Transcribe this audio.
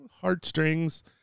heartstrings